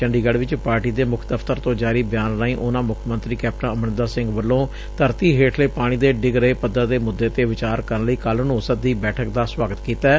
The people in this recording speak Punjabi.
ਚੰਡੀਗੜ ਚ ਪਾਰਟੀ ਦੇ ਮੁੱਖ ਦਫ਼ਤਰ ਤੋਂ ਜਾਰੀ ਬਿਆਨ ਰਾਹੀ ਉਨ੍ਹਾ ਮੁੱਖ ਮੰਤਰੀ ਕੈਪਟਨ ਅਮਰਿੰਦਰ ਸਿੰਘ ਵੱਲੋਂ ਧਰਤੀ ਹੇਠਲੇ ਪਾਣੀ ਦੇ ਡਿਗ ਰਹੇ ਪੱਧਰ ਦੇ ਮੁੱਦੇ ਤੇ ਵਿਚਾਰ ਕਰਨ ਲਈ ਕੱਲ੍ ਨੂੰ ਸੱਦੀ ਬੈਠਕ ਦਾ ਸਵਾਗਤ ਕੀਤੈ